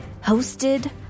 hosted